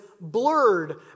blurred